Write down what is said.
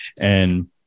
And-